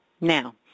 Now